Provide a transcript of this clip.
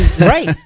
Right